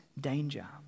danger